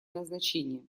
назначение